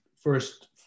first